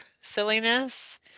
silliness